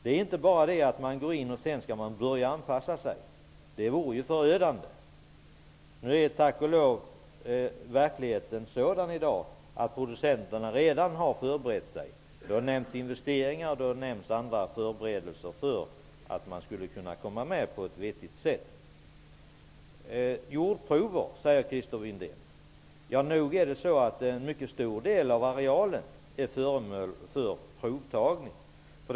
Det är inte fråga om att gå med och sedan börja anpassa sig. Det vore förödande. Nu är, tack och lov, verkligheten sådan i dag att producenterna redan har förberett sig. Investeringar och andra förberedelser har nämnts för att vara med på ett vettigt sätt. Christer Windén talar vidare om jordprover. Nog är en mycket stor del av arealen är föremål för provtagningar.